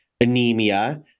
anemia